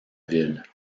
ville